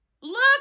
look